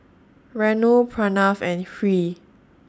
Renu Pranav and Hri